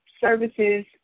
services